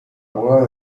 boda